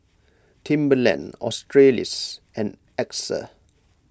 Timberland Australis and Axa